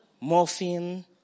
morphine